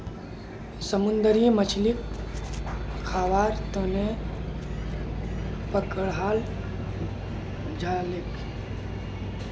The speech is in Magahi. समुंदरी मछलीक खाबार तनौ पकड़ाल जाछेक